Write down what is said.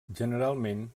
generalment